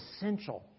essential